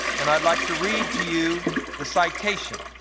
and i'd like to read to you the citation.